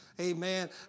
amen